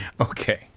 Okay